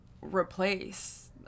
replace